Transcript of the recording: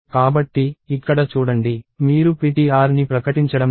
కాబట్టి ఇక్కడ చూడండి మీరు ptr ని ప్రకటించడం లేదు